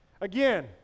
Again